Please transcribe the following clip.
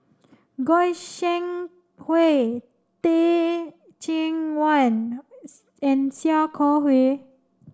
Goi Seng Hui Teh Cheang Wan and Sia Kah Hui